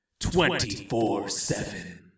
24-7